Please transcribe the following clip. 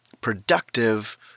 productive